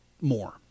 more